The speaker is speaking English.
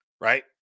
Right